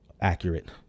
accurate